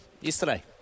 yesterday